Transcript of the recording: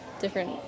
different